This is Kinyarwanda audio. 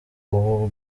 ubu